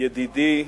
ידידי,